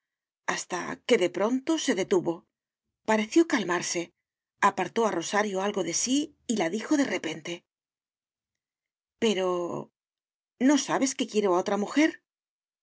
hasta que de pronto se detuvo pareció calmarse apartó a rosario algo de sí y la dijo de repente pero no sabes que quiero a otra mujer